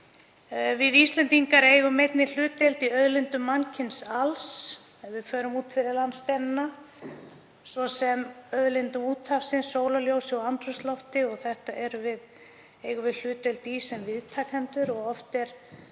Við Íslendingar eigum einnig hlutdeild í auðlindum mannkyns alls, ef við förum út fyrir landsteinana, svo sem í auðlindum úthafsins, sólarljósinu og andrúmsloftinu. Því eigum við hlutdeild í sem viðtakendur og oft er